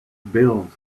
bills